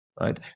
Right